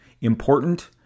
important